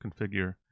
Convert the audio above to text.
configure